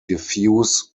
defuse